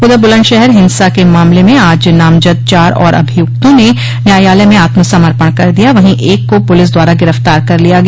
उधर बलन्दशहर हिंसा के मामले में आज नामजद चार और अभियूक्तों ने न्यायालय में आत्म समर्पण कर दिया वहीं एक को पुलिस द्वारा गिरफ्तार कर लिया गया